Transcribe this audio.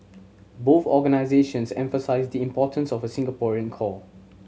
both organisations emphasise the importance of a Singaporean core